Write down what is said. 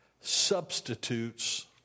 substitutes